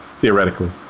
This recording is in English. theoretically